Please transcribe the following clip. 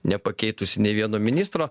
nepakeitusi nei vieno ministro